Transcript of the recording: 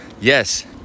Yes